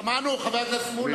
שמענו, חבר הכנסת מולה.